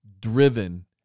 driven